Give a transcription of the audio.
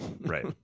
right